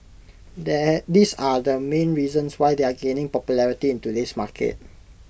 they these are the main reasons why they are gaining popularity in today's market